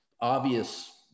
obvious